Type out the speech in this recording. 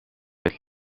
het